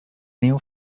new